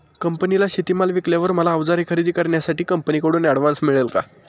कंपनीला शेतीमाल विकल्यावर मला औजारे खरेदी करण्यासाठी कंपनीकडून ऍडव्हान्स मिळेल का?